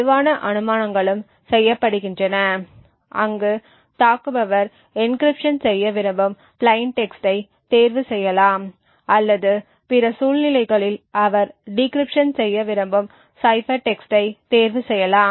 வலுவான அனுமானங்களும் செய்யப்படுகின்றன அங்கு தாக்குபவர் என்கிரிப்ஷன் செய்ய விரும்பும் பிளைன் டெக்ஸ்ட்டை தேர்வு செய்யலாம் அல்லது பிற சூழ்நிலைகளில் அவர் டிகிரிப்ஷன் செய்ய விரும்பும் சைபர் டெக்ஸ்ட்டை தேர்வு செய்யலாம்